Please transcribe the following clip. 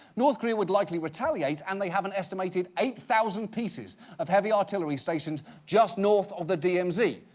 north korea would likely retaliate and they have an estimated eight thousand pieces of heavy artillery stationed just north of the dmz,